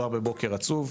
בבוקר עצוב.